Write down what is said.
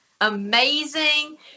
amazing